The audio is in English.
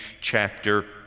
chapter